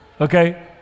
Okay